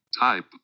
type